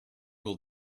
will